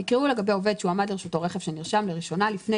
יקראו לגבי עובד שהועמד לרשותו רכב שנרשם לראשונה לפני